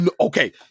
okay